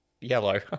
yellow